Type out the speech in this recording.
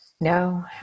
No